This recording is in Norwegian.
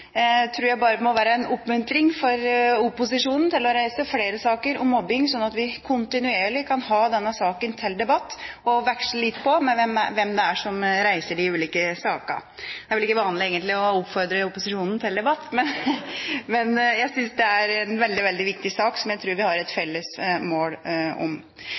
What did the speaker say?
tror jeg bare må være en oppmuntring for opposisjonen til å reise flere saker om mobbing, slik at vi kontinuerlig kan ha denne saken til debatt og veksle litt på med hensyn til hvem det er som reiser de ulike sakene. Det er vel ikke vanlig egentlig å oppfordre opposisjonen til debatt, men jeg syns dette er en veldig, veldig viktig sak, der jeg tror vi har et felles mål.